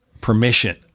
permission